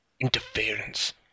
interference